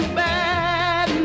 bad